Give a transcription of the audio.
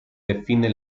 define